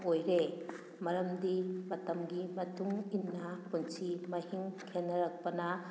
ꯑꯣꯏꯔꯦ ꯃꯔꯝꯗꯤ ꯃꯇꯝꯒꯤ ꯃꯇꯨꯡ ꯏꯟꯅ ꯄꯨꯟꯁꯤ ꯃꯍꯤꯡ ꯈꯦꯠꯅꯔꯛꯄꯅ